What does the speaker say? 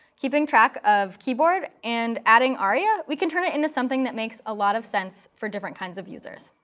keeping track of keyboard, and adding aria, we can turn it into something that makes a lot of sense for different kinds of users.